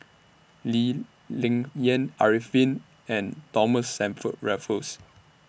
Lee Ling Yen Arifin and Thomas Stamford Raffles